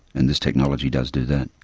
and this technology does do that.